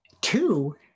Two